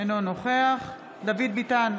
אינו נוכח דוד ביטן,